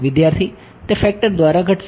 વિદ્યાર્થી તે ફેક્ટર દ્વારા ઘટશે